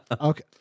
Okay